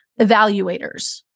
evaluators